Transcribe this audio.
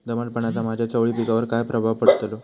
दमटपणाचा माझ्या चवळी पिकावर काय प्रभाव पडतलो?